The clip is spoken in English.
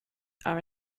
are